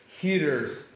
heaters